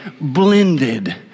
blended